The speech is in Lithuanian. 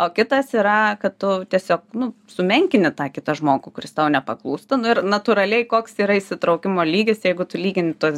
o kitas yra kad tu tiesiog nu sumenkini tą kitą žmogų kuris tau nepaklūsta nu ir natūraliai koks yra įsitraukimo lygis jeigu tu lyginti tuos